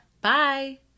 Bye